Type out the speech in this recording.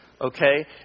okay